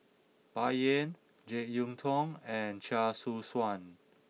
Bai Yan Jek Yeun Thong and Chia Choo Suan